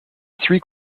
three